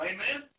Amen